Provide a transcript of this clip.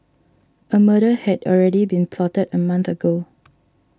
a murder had already been plotted a month ago